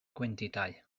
gwendidau